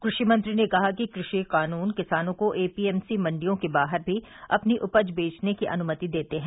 कृषिमंत्री ने कहा कि कृषि कानून किसानों को एपीएमसी मंडियों के बाहर भी अपनी उपज बेचने की अनुमति देते हैं